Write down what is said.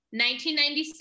1996